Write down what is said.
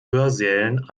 hörsälen